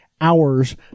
hours